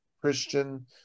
christian